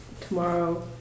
tomorrow